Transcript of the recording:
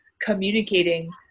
Communicating